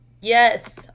Yes